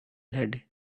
had